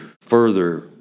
further